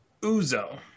Uzo